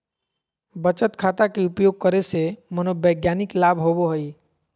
बचत खाता के उपयोग करे से मनोवैज्ञानिक लाभ होबो हइ